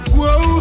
Whoa